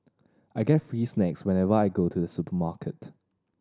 I get free snacks whenever I go to the supermarket